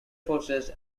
forces